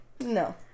No